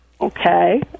Okay